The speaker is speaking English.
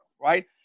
right